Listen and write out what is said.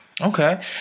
Okay